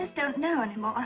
just don't know anymore